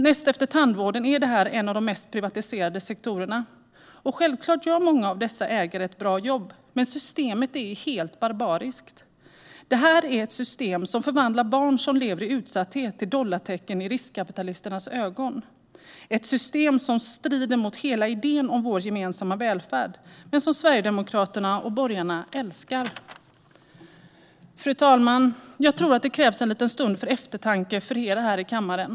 Näst efter tandvården är det här en av de mest privatiserade sektorerna. Självklart gör många av dessa ägare ett bra jobb, men systemet är helt barbariskt. Det är ett system som förvandlar barn som lever i utsatthet till dollartecken i riskkapitalisternas ögon, ett system som strider mot hela idén om vår gemensamma välfärd men som Sverigedemokraterna och borgarna älskar. Fru talman! Jag tror att det krävs en liten stund för eftertanke för er här i kammaren.